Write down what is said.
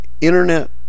internet